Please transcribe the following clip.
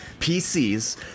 pcs